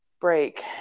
break